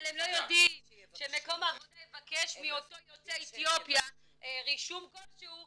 אבל הם לא יודעים שמקום העבודה יבקש מאותו יוצא אתיופיה רישום כלשהוא,